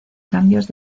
cambios